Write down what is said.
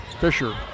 Fisher